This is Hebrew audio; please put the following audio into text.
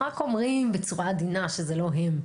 רק אומרים בצורה עדינה שזה לא הם.